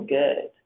good